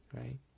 right